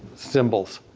symbols.